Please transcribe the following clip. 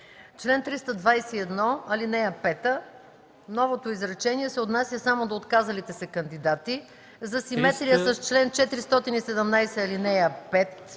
Член 321, ал. 5 – новото изречение се отнася само до отказалите се кандидати, за симетрия с чл. 417, ал. 5,